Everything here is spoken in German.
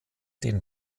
den